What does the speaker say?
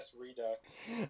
redux